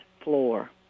floor